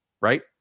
Right